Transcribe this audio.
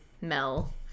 Mel